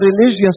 religious